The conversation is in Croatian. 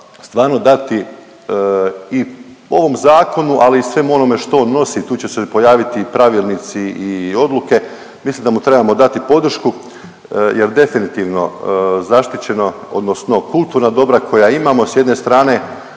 stvarno dati i ovom zakonu ali i svemu onome što on nosi, tu će se pojaviti i pravilnici i odluke. Mislim da mu trebamo dati podršku jer definitivno zaštićeno odnosno kulturna dobra koja imamo s jedne strane